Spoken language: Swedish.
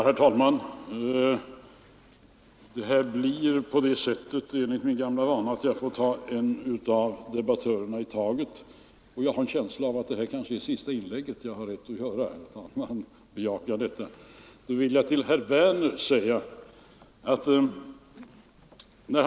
Herr talman! Enligt min gamla vana blir det på det sättet att jag får ta debattörerna en i taget, och jag har en känsla av att detta är det sista inlägget jag har att göra. Jag vill först vända mig till herr Werner.